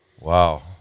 wow